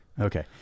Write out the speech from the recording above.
okay